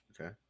Okay